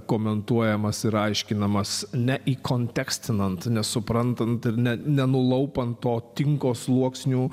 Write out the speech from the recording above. komentuojamas ir aiškinamas ne įkontekstinant nesuprantant ar ne nenulaupant to tinko sluoksnių